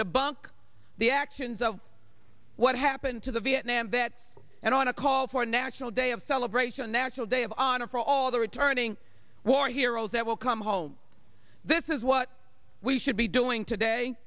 debunk the actions of what happened to the viet nam vet and i want to call for a national day of celebration national day of honor for all the returning war heroes that will come home this is what we should be doing today